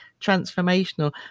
transformational